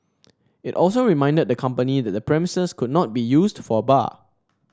it also reminded the company that the premises could not be used for a bar